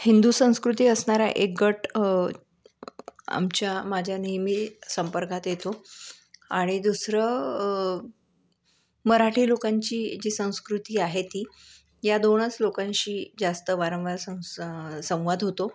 हिंदू संस्कृती असणारा एक गट आमच्या माझ्या नेहमी संपर्कात येतो आणि दुसरं मराठी लोकांची जी संस्कृती आहे ती या दोनच लोकांशी जास्त वारंवार सं संवाद होतो